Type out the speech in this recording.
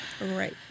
Right